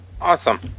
Awesome